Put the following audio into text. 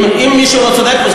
אם מישהו לא צדק פה,